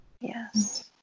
Yes